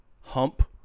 Hump